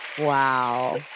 wow